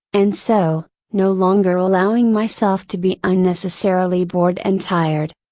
and so, no longer allowing myself to be unnecessarily bored and tired.